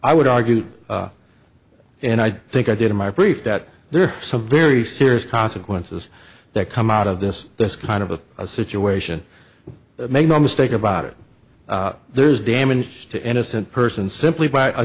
i would argue and i think i did in my brief that there are some very serious consequences that come out of this this kind of a situation make no mistake about it there is damage to innocent person simply by